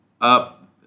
up